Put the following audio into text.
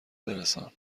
برسان